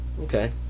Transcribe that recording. Okay